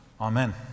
Amen